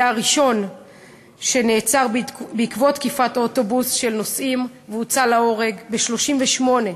שהיה הראשון שנעצר בעקבות תקיפת אוטובוס נוסעים והוצא להורג ב-1938,